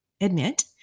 admit